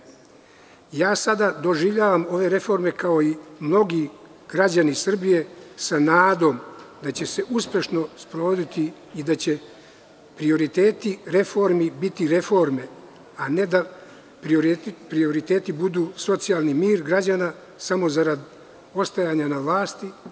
Ove reforme ja sada doživljavam, kao i mnogi građani Srbije, sa nadom da će se uspešno sprovesti i da će prioriteti reformi biti reforme, a ne da prioriteti budu socijalni mir građana, samo zarad ostajanja na vlasti.